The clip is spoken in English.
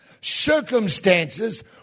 circumstances